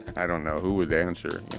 i don't know who would answer,